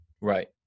Right